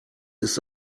ist